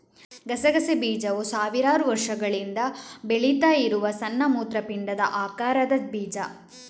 ಗಸಗಸೆ ಬೀಜವು ಸಾವಿರಾರು ವರ್ಷಗಳಿಂದ ಬೆಳೀತಾ ಇರುವ ಸಣ್ಣ ಮೂತ್ರಪಿಂಡದ ಆಕಾರದ ಬೀಜ